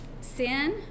Sin